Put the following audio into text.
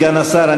סגן השר,